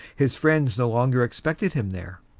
his friends no longer expected him there.